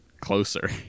closer